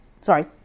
Sorry